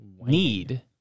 need